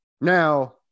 Now